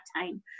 time